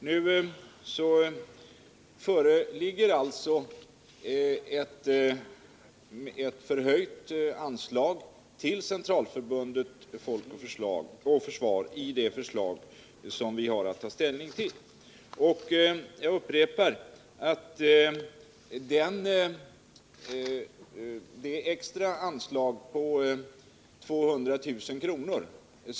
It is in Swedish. Emellertid föreligger det redan ett förslag om förhöjt anslag till Centralförbundet Folk och försvar i den regeringsproposition som riksdagen har att ta ställning till, och jag upprepar att det extra anslag på 200 000 kr.